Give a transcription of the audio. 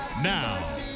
Now